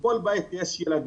בכל בית ילדים,